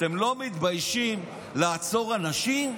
אתם לא מתביישים לעצור אנשים?